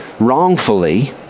wrongfully